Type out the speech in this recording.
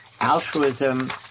altruism